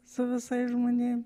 su visais žmonėm